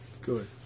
Good